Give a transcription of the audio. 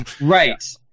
Right